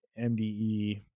MDE